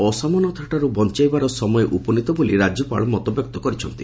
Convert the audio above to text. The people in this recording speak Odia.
ଅସମାନତାଠାରୁ ବଞାଇବାର ସମୟ ଉପନିତ ବୋଲି ରାଜ୍ୟପାଳ ମତବ୍ୟକ୍ତ କରିଛନ୍ତି